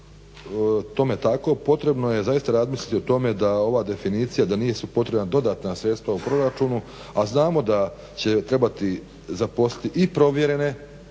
da je tome tako potrebno je zaista razmisliti o tome da ova definicija, da nisu potrebna dodatna sredstva u proračunu, a znamo da će trebati zaposliti i provjerene